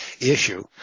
issue